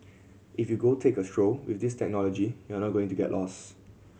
if you go take a stroll with this technology you're not going to get lost